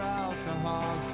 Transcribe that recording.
alcohol